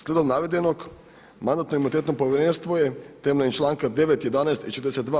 Slijedom navedenog Mandatno-imunitetno povjerenstvo je temeljem članka 9., 11. i 42.